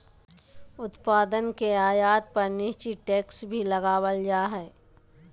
उत्पाद के आयात पर निश्चित टैक्स भी लगावल जा हय